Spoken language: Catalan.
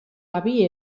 avi